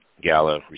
gala